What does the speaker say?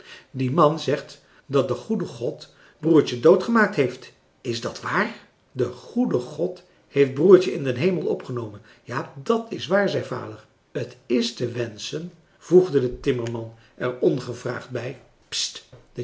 die man zegt dat de goede god broertje doodgemaakt heeft is dat wààr de goede god heeft broertje in den hemel opgenomen ja dàt is waar zei vader t is te wenschen voegde de timmerman er ongevraagd bij